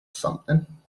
something